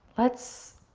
let's